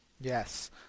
Yes